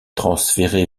transféré